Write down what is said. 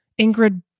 Ingrid